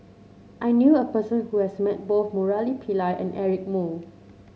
I knew a person who has met both Murali Pillai and Eric Moo